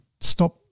stop